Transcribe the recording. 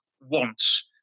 wants